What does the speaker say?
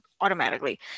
automatically